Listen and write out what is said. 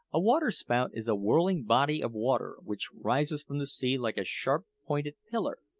a waterspout is a whirling body of water, which rises from the sea like a sharp-pointed pillar.